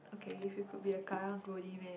okay if you could be a karang guni man